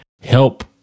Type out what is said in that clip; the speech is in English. help